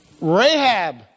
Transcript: Rahab